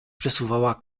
przesuwała